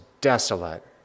desolate